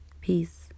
Peace